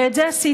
ואת זה עשיתי.